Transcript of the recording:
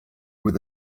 with